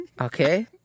okay